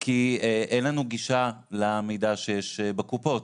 כי אין לנו גישה למידע שיש בקופות,